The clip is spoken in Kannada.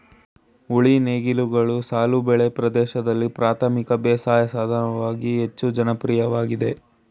ಉಳಿ ನೇಗಿಲುಗಳು ಸಾಲು ಬೆಳೆ ಕೃಷಿ ಪ್ರದೇಶ್ದಲ್ಲಿ ಪ್ರಾಥಮಿಕ ಬೇಸಾಯ ಸಾಧನವಾಗಿ ಹೆಚ್ಚು ಜನಪ್ರಿಯವಾಗಯ್ತೆ